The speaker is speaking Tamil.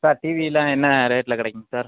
சார் டிவியெலாம் என்ன ரேட்டில் கிடைக்குங்க சார்